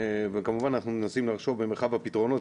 וכמובן אנחנו מנסים לחשוב במרחב הפתרונות